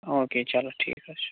okay چَلو ٹھیٖک حظ چھُ